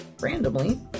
randomly